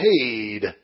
paid